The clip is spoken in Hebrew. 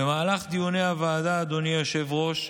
במהלך דיוני הוועדה, אדוני היושב-ראש,